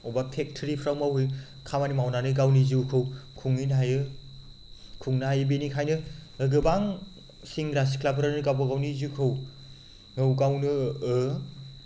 बबेबा फेक्टरिफ्राव मावहैनो खामानि मावनानै गावनि जिउखौ खुंहैनो हायो खुंनो हायो बेनिखायनो गोबां सेंग्रा सिख्लाफ्रानो गावबागावनि जिउखौ गावनो